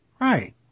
Right